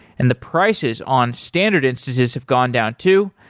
and the prices on standard instances have gone down too.